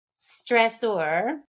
stressor